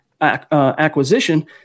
acquisition